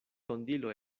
tondilo